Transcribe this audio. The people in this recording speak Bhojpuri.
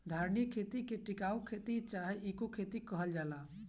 धारणीय खेती के टिकाऊ खेती चाहे इको खेती कहल जाला